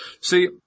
see